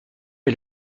est